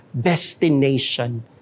destination